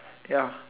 ya